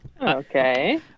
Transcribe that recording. okay